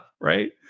Right